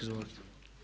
Izvolite.